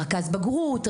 רכז בגרות,